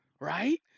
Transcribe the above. right